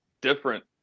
different